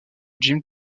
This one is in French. jim